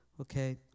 Okay